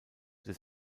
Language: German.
des